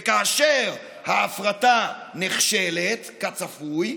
וכאשר ההפרטה נכשלת, כצפוי,